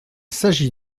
s’agit